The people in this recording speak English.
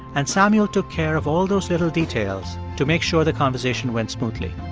and samuel took care of all those little details to make sure the conversation went smoothly.